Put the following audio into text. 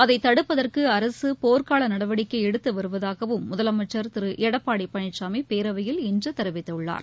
அதைதடுப்பதற்குஅரசுபோர்க்காலநடவடிக்கைஎடுத்துவருவதாகவும் முதலமைச்சர் திருஎடப்பாடிபழனிசாமிபேரவையில் இன்றுதெரிவித்துள்ளார்